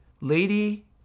Lady